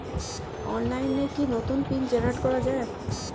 অনলাইনে কি নতুন পিন জেনারেট করা যায়?